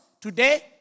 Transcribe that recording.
today